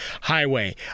Highway